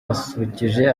basusurukije